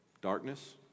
darkness